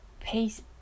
peace